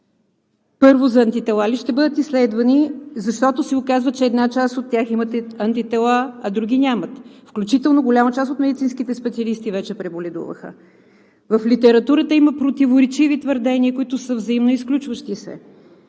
Първо за антитела ли ще бъдат изследвани, защото се оказва, че една част от тях имат антитела, а други нямат, включително голяма част от медицинските специалисти вече преболедуваха? В литературата има противоречиви твърдения, които са взаимно изключващи се.